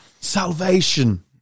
salvation